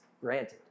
granted